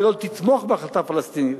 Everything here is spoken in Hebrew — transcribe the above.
תתמוך בהחלטה הפלסטינית.